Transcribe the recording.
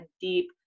deep